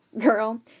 Girl